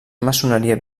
maçoneria